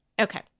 Okay